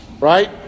right